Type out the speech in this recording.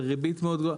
ריבית מאוד גדולה,